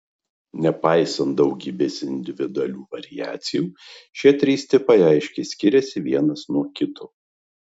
nepaisant daugybės individualių variacijų šie trys tipai aiškiai skiriasi vienas nuo kito